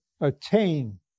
attain